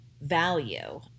value